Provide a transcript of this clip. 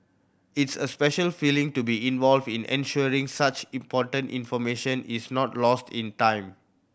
it's a special feeling to be involved in ensuring such important information is not lost in time